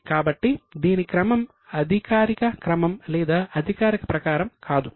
కాబట్టి దీని క్రమం అధికారిక క్రమం లేదా అధికారిక ప్రకారం కాదు